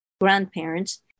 grandparents